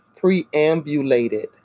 preambulated